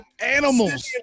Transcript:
animals